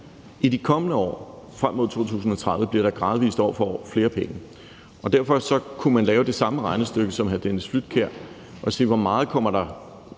I de kommende år frem mod 2030 bliver der gradvis år for år flere penge, og derfor kunne man lave det samme regnestykke som hr. Dennis Flydtkjær og se, hvor meget der